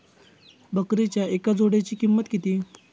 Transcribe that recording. बकरीच्या एका जोडयेची किंमत किती?